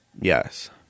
Yes